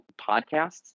podcasts